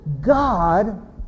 God